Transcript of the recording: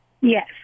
Yes